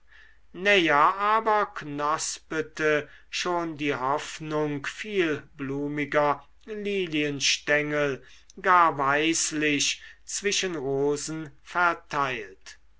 aber knospete schon die hoffnung vielblumiger lilienstengel gar weislich zwischen rosen verteilt